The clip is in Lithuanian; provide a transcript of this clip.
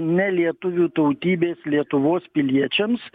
ne lietuvių tautybės lietuvos piliečiams